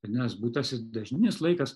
vadinas būtasis dažninis laikas